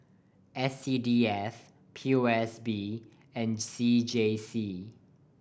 S C D F P O S B and C J C